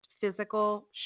physical